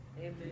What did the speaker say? Amen